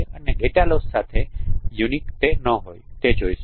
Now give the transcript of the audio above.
અને data loss સાથે તે અજોડ ન હોય તે જોઈશું